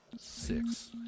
Six